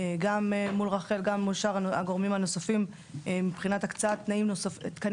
גם מול רח"ל וגם מול שאר הגורמים הנוספים מבחינת הקצאת תקנים,